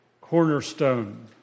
cornerstone